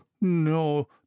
no